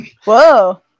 Whoa